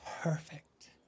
perfect